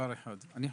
יש